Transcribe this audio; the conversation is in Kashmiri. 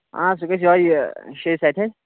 آ سُہ گژھِ یِہوٚے یہِ شیٚیہِ سَتہِ ہَتہِ